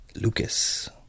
Lucas